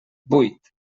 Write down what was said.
buit